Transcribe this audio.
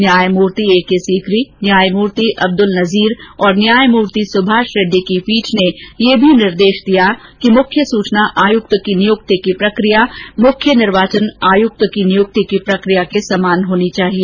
न्यायमूर्ति A K Sikri न्यायमूर्ति अब्दुल नजीर और न्यायमूर्ति सुभाष रेड्डी की पीठ ने यह भी निर्देश दिया कि मुख्य सूचना आयुक्त की नियुक्ति की प्रक्रिया मुख्य निर्वाचन आयुक्त की नियुक्ति की प्रक्रिया के समान होनी चाहिए